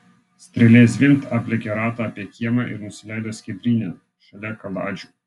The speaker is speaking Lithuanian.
strėlė zvimbt aplėkė ratą apie kiemą ir nusileido skiedryne šalia kaladžių